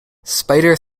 spider